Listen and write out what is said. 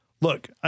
look